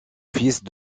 fils